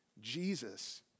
Jesus